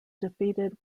defeated